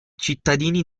cittadini